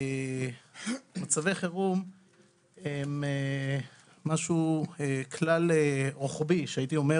מצבי חירום הם משהו כלל רוחבי, שהייתי אומר